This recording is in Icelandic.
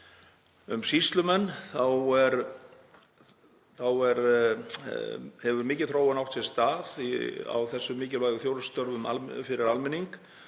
Um sýslumenn. Það hefur mikil þróun átt sér stað á þessum mikilvægu þjónustustörfum fyrir almenning.